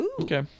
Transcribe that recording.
Okay